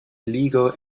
illegal